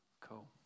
Cool